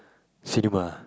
cinema